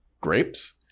grapes